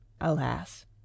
Alas